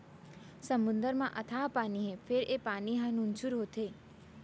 समुद्दर म अथाह पानी हे फेर ए पानी ह नुनझुर होथे